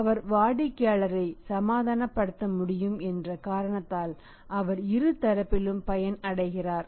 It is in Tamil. அவர் வாடிக்கையாளரை சமாதானப்படுத்த முடியும் என்ற காரணத்தால் அவர் இரு தரப்பிலும் பயன் அடைகிறார்